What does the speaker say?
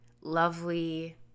lovely